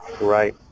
Right